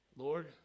Lord